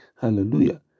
Hallelujah